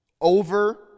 over